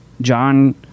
John